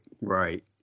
right